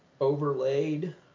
overlaid